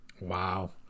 Wow